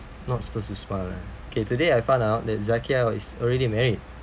not supposed to smile lah okay today I found out that zaqiah is already married